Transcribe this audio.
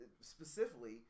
specifically